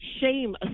shame